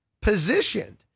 positioned